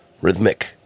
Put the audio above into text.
rhythmic